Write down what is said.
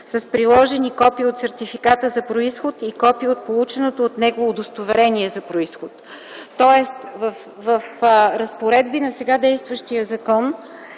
с приложени: копие от сертификата за произход и копие от полученото от него удостоверение за произход”. Тоест в разпоредбите на сега действащия закон